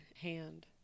hand